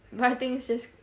then I think is just